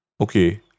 okay